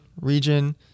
region